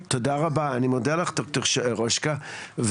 תודה רבה ד"ר רושקה.